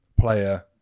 player